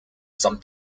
some